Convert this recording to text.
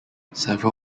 several